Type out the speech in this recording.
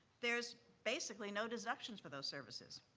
there's basically no deductions for those services.